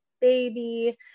baby